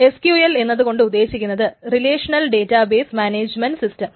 SQL എന്നത് കൊണ്ട് ഉദ്ദേശിക്കുന്നത് relational data base management system